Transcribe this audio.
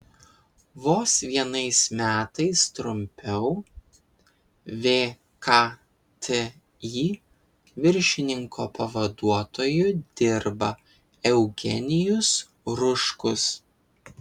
vos vienais metais trumpiau vkti viršininko pavaduotoju dirba eugenijus ruškus